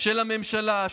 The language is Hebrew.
של הממשלה,